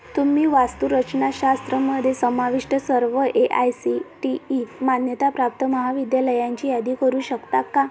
तुम्ही वास्तुरचनाशास्त्रामध्ये समाविष्ट सर्व A I C T E मान्यताप्राप्त महाविद्यालयांची यादी करू शकता का